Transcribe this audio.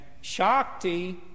Shakti